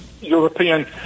European